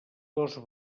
dos